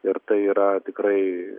ir tai yra tikrai